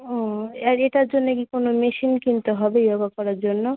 ও আর এটার জন্যে কি কোনো মেশিন কিনতে হবে ইয়োগা করার জন্য